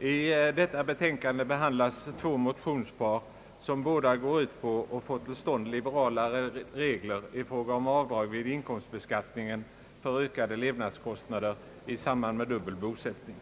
I detta betänkande behandlas motioner som går ut på att få till stånd liberalare regler i fråga om avdrag vid inkomstbeskattningen för ökade levnadskostnader i samband med dubbel bosättning.